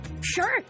Sure